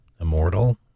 immortal